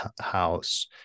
house